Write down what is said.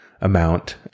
amount